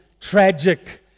tragic